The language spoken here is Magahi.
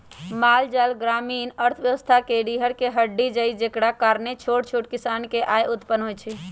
माल जाल ग्रामीण अर्थव्यवस्था के रीरह के हड्डी हई जेकरा कारणे छोट छोट किसान के आय उत्पन होइ छइ